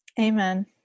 Amen